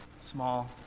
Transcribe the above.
small